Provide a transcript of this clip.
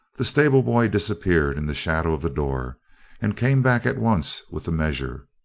the stable boy disappeared in the shadow of the door and came back at once with the measure.